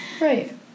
Right